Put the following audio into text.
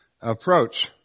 approach